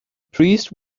priest